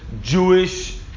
Jewish